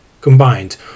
combined